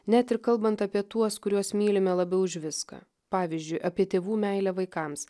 net ir kalbant apie tuos kuriuos mylime labiau už viską pavyzdžiui apie tėvų meilę vaikams